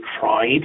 tried